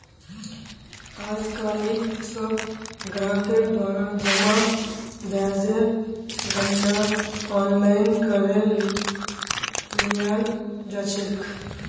आजकालित सब ग्राहकेर द्वारा जमा ब्याजेर गणनार आनलाइन करे लियाल जा छेक